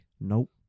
Nope